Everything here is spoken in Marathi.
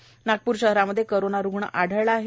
तर नागपूर शहरामध्ये करोना रुग्ण आढळला आहे